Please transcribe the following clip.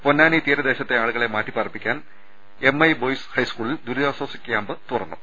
പൊന്നാനി തീരദേശത്തെ ആളുകളെ മാറ്റിപ്പാർപ്പി ക്കാൻ എം ഐ ബോയ്സ് ഹൈസ്കൂളിൽ ദുരിതാ ശ്വാസ ക്യാമ്പു തുറന്നു